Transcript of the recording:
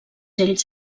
ells